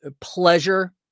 pleasure